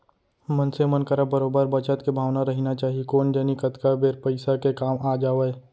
मनसे मन करा बरोबर बचत के भावना रहिना चाही कोन जनी कतका बेर पइसा के काम आ जावय